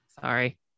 Sorry